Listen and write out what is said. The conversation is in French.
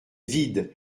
vides